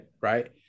right